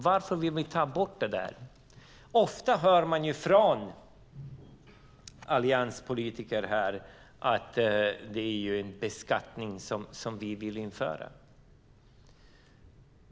Varför vill vi ta bort detta? Ofta hör man från allianspolitiker här att det är en beskattning vi vill införa.